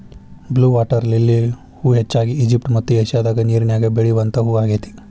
blue water lily ಹೂ ಹೆಚ್ಚಾಗಿ Egypt ಮತ್ತ ಏಷ್ಯಾದಾಗ ನೇರಿನ್ಯಾಗ ಬೆಳಿವಂತ ಹೂ ಆಗೇತಿ